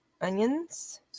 Onions